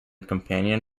companion